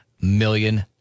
million